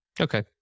okay